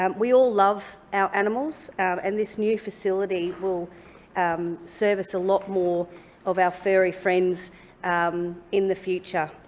um we all love our animals and this new facility will um service a lot more of our furry friends um in the future.